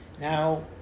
Now